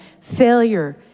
failure